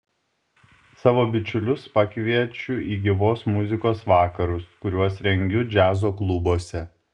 savo bičiulius pakviečiu į gyvos muzikos vakarus kuriuos rengiu džiazo klubuose